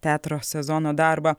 teatro sezono darbą